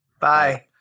Bye